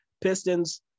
Pistons